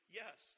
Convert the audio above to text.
yes